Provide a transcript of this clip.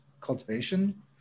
cultivation